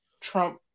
Trump